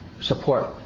support